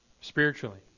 spiritually